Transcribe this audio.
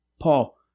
Paul